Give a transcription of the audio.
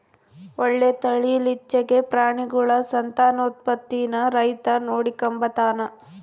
ಒಳ್ಳೆ ತಳೀಲಿಚ್ಚೆಗೆ ಪ್ರಾಣಿಗುಳ ಸಂತಾನೋತ್ಪತ್ತೀನ ರೈತ ನೋಡಿಕಂಬತಾನ